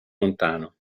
lontano